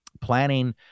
planning